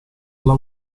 alla